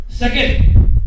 Second